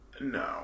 no